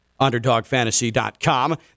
UnderdogFantasy.com